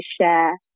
share